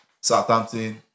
Southampton